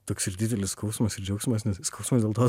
toks ir didelis skausmas ir džiaugsmas nes skausmas dėl to